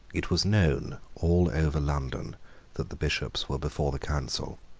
it was known all over london that the bishops were before the council.